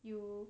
you